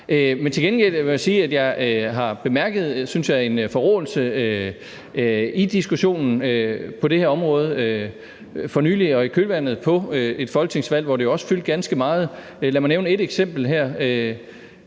jeg har bemærket, synes jeg, en forråelse i diskussionen på det her område for nylig og i kølvandet på et folketingsvalg, hvor det også fyldte ganske meget. Lad mig nævne et eksempel her: